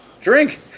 Drink